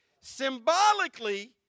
Symbolically